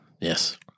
Yes